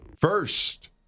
First